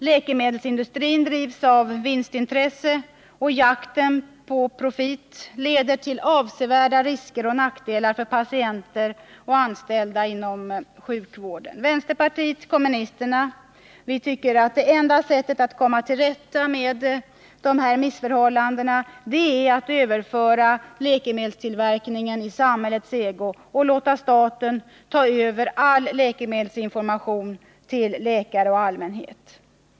Läkemedelsindustrin drivs av vinstintresse, och jakten på profit leder till avsevärda risker och nackdelar för patienter och anställda inom sjukvården. Vänsterpartiet kommunisterna anser att enda sättet att komma till rätta med dessa missförhållanden är att överföra läkemedelstillverkningen i samhällets ägo och låta staten överta all läkemedelsinformation till läkare och allmänhet.